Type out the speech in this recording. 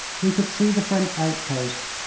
we could see the french outposts,